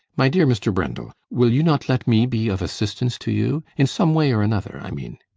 my dear mr. brendel, will you not let me be of assistance to you? in some way or another, i mean